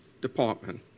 department